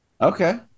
okay